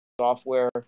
software